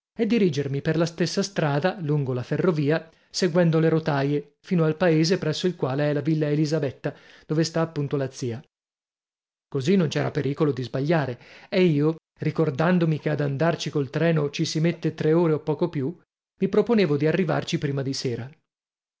e dirigermi per la stessa strada lungo la ferrovia seguendo le rotaie fino al paese presso il quale è la villa elisabetta dove sta appunto la zia così non c'era pericolo di sbagliare e io ricordandomi che ad andarci col treno ci si mette tre ore o poco più mi proponevo di arrivarci prima di sera